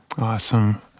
Awesome